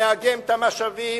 נאגם את המשאבים,